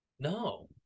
No